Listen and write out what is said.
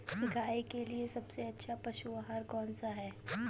गाय के लिए सबसे अच्छा पशु आहार कौन सा है?